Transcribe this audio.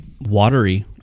watery